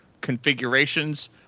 configurations